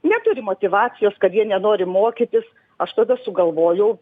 neturi motyvacijos kad jie nenori mokytis aš tada sugalvojau